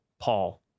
Paul